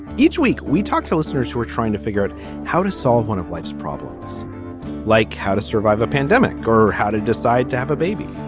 each week we talk to listeners who are trying to figure out how to solve one of life's problems like how to survive a pandemic or how to decide to have a baby.